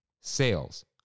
sales